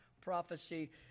prophecy